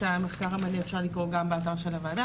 את המחקר המלא אפשר לקרוא גם באתר של הועדה